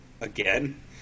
Again